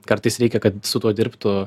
kartais reikia kad su tuo dirbtų